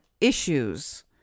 issues